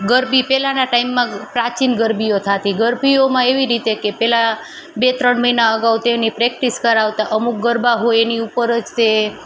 ગરબી પહેલાંના ટાઈમમાં પ્રાચીન ગરબીઓ થાતી ગરબીઓમાં એવી રીતે કે પહેલાં બે ત્રણ મહિના અગાઉ તેની પ્રેક્ટિસ કરાવતા અમુક ગરબા હોય એની ઉપર જ તે